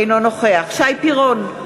אינו נוכח שי פירון,